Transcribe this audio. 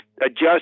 adjust